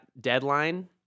deadline